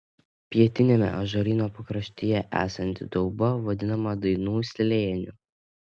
pietiniame ąžuolyno pakraštyje esanti dauba vadinama dainų slėniu